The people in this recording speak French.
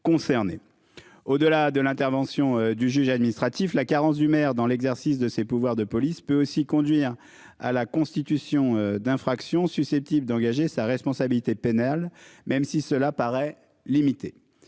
Au delà de l'intervention du juge administratif la carence du maire dans l'exercice de ses pouvoirs de police peut aussi conduire à la constitution d'infraction susceptible d'engager sa responsabilité pénale. Même si cela paraît limité.